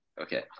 Okay